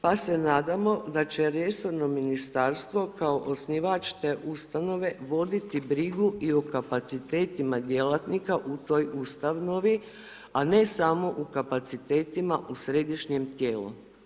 Pa se nadamo, da će resorno ministarstvo, kao osnivač te ustanove, voditi brigu i o kapaciteti djelatnika u toj ustanovi, a ne samo u kapacitetima u središnjem tijelo.